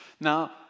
Now